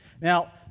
Now